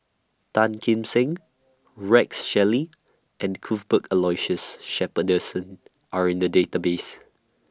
Tan Kim Seng Rex Shelley and Cuthbert Aloysius Shepherdson Are in The Database